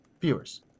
viewers